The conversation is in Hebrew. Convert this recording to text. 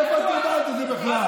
מאיפה את יודעת את זה בכלל?